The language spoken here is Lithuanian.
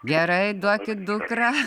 gerai duokit dukrą